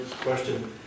question